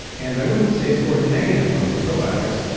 and i wouldn't say score negative one for probiotics,